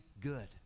good